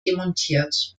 demontiert